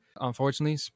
unfortunately